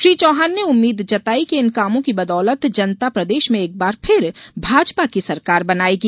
श्री चौहान ने उम्मीद जताई की इन कामों की बदौलत जनता प्रदेश में एक बार फिर भाजपा की सरकार बनायेगी